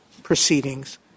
Proceedings